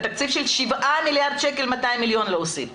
בתקציב של 7 מיליארד שקל 200 מיליון להוסיף,